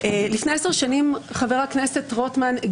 חבר הכנסת רוטמן,